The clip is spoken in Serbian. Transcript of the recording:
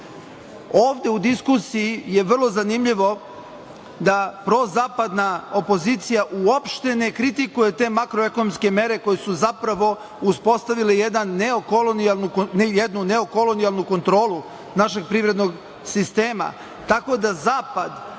čini. Ovde u diskusiji je vrlo zanimljivo da prozapadna opozicija uopšte ne kritikuje te makro-ekonomske mere koje su zapravo uspostavile jedan neokolonijalnu kontrolu našeg privrednog sistema,